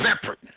separate